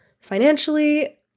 financially